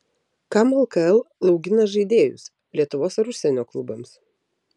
kam lkl augina žaidėjus lietuvos ar užsienio klubams